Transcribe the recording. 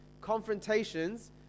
confrontations